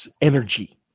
Energy